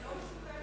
זה לא מסוכן,